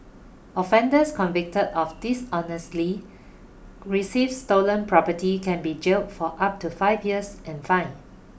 offenders convicted of dishonestly receives stolen property can be jailed for up to five years and fined